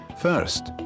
First